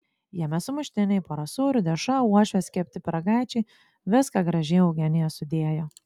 jame sumuštiniai pora sūrių dešra uošvės kepti pyragaičiai viską gražiai eugenija sudėjo